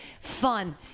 Fun